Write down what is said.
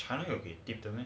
!huh! 要给 tip 的 meh